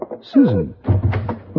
Susan